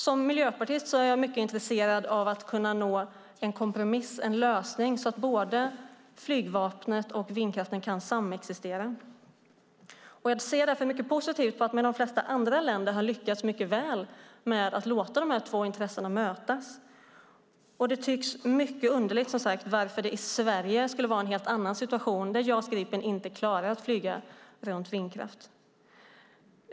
Som miljöpartist är jag mycket intresserad av att kunna nå en kompromiss, en lösning, så att flygvapnet och vindkraften kan samexistera. Jag ser därför mycket positivt på att de flesta andra länder har lyckats mycket väl med att låta de här två intressena mötas. Det tycks mycket underligt, som sagt, att det i Sverige skulle vara en helt annan situation där JAS Gripen inte klarar att flyga runt vindkraftverk.